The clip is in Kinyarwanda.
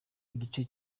igihe